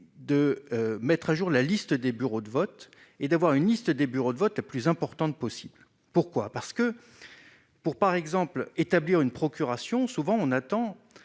de mettre à jour la liste des bureaux de vote et d'avoir une liste des bureaux de vote, la plus importante possible, pourquoi, parce que pour par exemple établir une procuration, souvent on attend